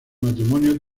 matrimonio